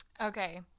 okay